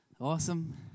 awesome